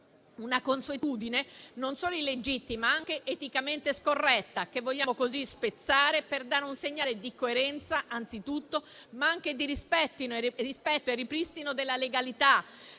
Una consuetudine non solo illegittima, ma anche eticamente scorretta, che vogliamo così spezzare per dare un segnale anzitutto di coerenza, ma anche di rispetto e ripristino della legalità